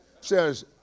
says